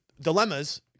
dilemmas